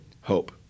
hope